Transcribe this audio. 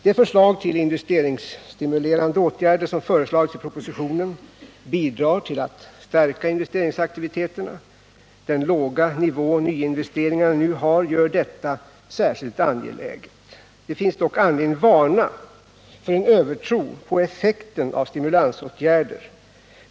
De investeringsstimulerande åtgärder som föreslagits i propositionen bidrar till att stärka investeringsaktiviteterna. Den låga nivå nyinvesteringarna nu har gör detta särskilt angeläget. Det finns dock anledning varna för en övertro på effekterna hos stimulansåtgärder.